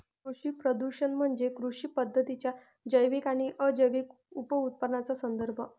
कृषी प्रदूषण म्हणजे कृषी पद्धतींच्या जैविक आणि अजैविक उपउत्पादनांचा संदर्भ